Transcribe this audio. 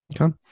Okay